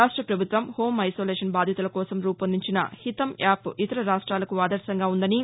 రాష్ట ప్రభుత్వం home isolation బాధితుల కోసం రూపొందించిన హితం యాప్ ఇతర రాష్ట్రాలకు ఆదర్భంగా ఉందని